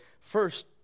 first